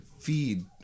feed